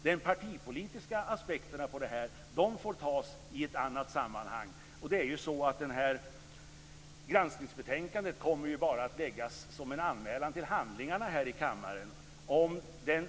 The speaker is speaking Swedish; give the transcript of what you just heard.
De partipolitiska aspekterna på det här får tas i ett annat sammanhang. Granskningsbetänkandet kommer bara att läggas med en anmälan till handlingarna här i kammaren.